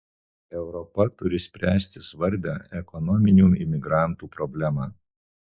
europa turi spręsti svarbią ekonominių imigrantų problemą